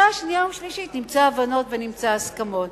ובקריאה שנייה ושלישית נמצא הבנות ונמצא הסכמות.